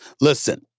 Listen